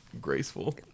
graceful